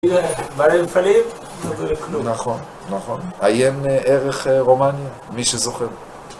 בלי מפעלים, לא רואים לך כלום. נכון, נכון. עיין ערך רומניה, מי שזוכר.